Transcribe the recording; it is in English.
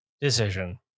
decision